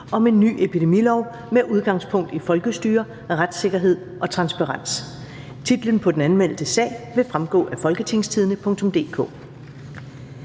af en ny epidemilov med udgangspunkt i folkestyre, retssikkerhed og transparens?). Titlen på den anmeldte sag vil fremgå af www.folketingstidende.dk